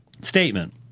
statement